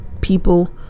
people